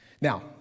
Now